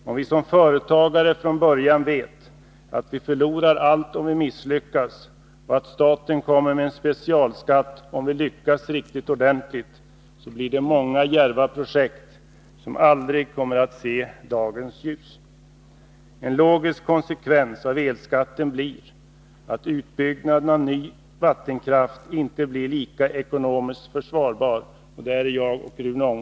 Om vi som företagare från början vet att vi förlorar allt, om vi misslyckas, och att staten kommer med en specialskatt, om vi lyckas riktigt ordentligt, så blir det många djärva projekt som aldrig kommer att se dagens ljus. En logisk konsekvens av elskatten blir att utbyggnad av ny vattenkraft inte blir lika ekonomiskt försvarbar.